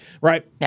right